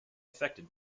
affected